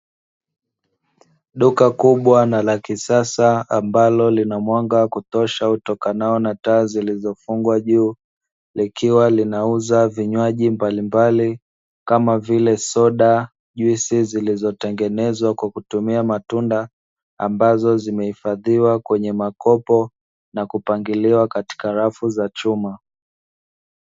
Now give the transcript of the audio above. Duka kubwa na la kisasa ambalo lina mwanga wa kutosha utokanao na taa zilizofungwa juu, likiwa linauza vinyaji mbalimbali kama vile soda, juisi zilizotengenezwa kwa kutumia matunda ambazo zimehifadhiwa kwenye makopo na kupangiliwa katika safu za chuma.